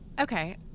Okay